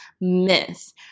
myth